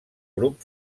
grup